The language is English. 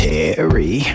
Terry